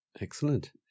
Excellent